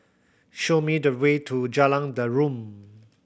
show me the way to Jalan Derum